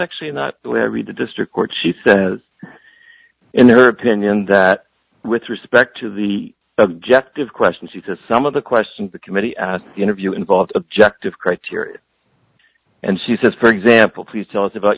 actually not read the district court she says in her opinion that with respect to the objective question she says some of the questions the committee interview involved objective criteria and she says for example please tell us about